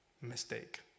Mistake